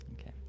Okay